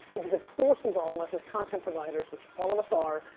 because it forces all of us as content providers, which all of us are,